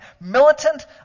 militant